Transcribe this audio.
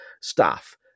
staff